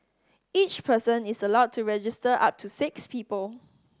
each person is allowed to register up to six people